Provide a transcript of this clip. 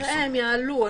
אתה תראה, הן יעלו.